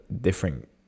different